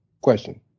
question